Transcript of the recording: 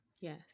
Yes